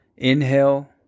inhale